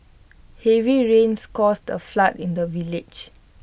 heavy rains caused A flood in the village